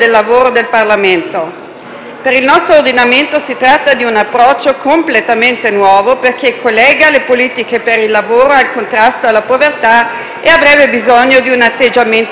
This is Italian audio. Per il nostro ordinamento si tratta di un approccio completamente nuovo, perché collega le politiche per il lavoro al contrasto alla povertà e avrebbe bisogno di un atteggiamento più cauto.